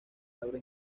abre